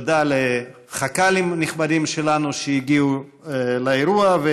תודה לחכ"לים הנכבדים שלנו שהגיעו לאירוע.